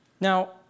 Now